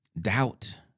doubt